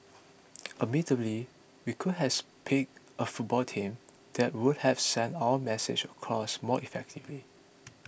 admittedly we could has picked a football team that would have sent our message across more effectively